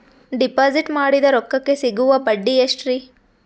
Deposit ಮಾಡಿದ ರೊಕ್ಕಕೆ ಸಿಗುವ ಬಡ್ಡಿ ಎಷ್ಟ್ರೀ?